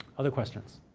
other questions?